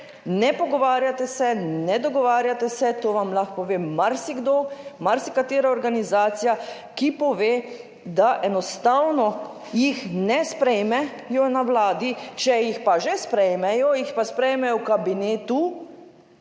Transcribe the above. ne pogovarjate se, ne dogovarjate se, to vam lahko pove marsikdo, marsikatera organizacija, ki pove, da enostavno jih ne sprejmejo na Vladi, če jih pa že sprejmejo, jih pa sprejme v kabinetu,